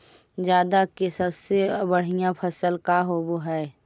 जादा के सबसे बढ़िया फसल का होवे हई?